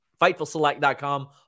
Fightfulselect.com